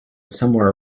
somewhere